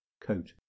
coat